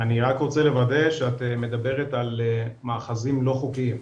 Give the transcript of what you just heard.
אני רק רוצה לוודא שאת מדברת על מאחזים לא חוקיים?